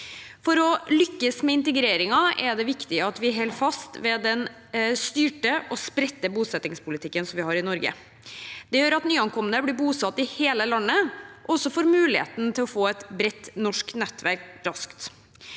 For å lykkes med integreringen er det viktig at vi holder fast ved den styrte og spredte bosettingspolitikken som vi har i Norge. Det gjør at nyankomne blir bosatt i hele landet og raskt får muligheten til å få et bredt norsk nettverk.